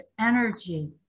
energy